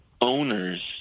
owners